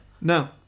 No